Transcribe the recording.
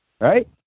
right